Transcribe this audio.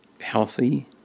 healthy